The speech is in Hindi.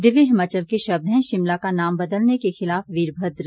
दिव्य हिमाचल के शब्द हैं शिमला का नाम बदलने के खिलाफ वीरभद्र